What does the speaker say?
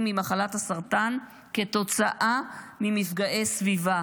ממחלת הסרטן כתוצאה ממפגעי סביבה.